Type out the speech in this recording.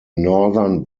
northern